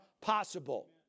possible